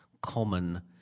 common